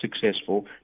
successful